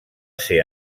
ser